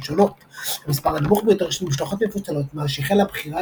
שונות – המספר הנמוך ביותר של משלחות מפוצלות מאז שהחלה הבחירה